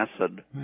acid